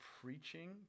preaching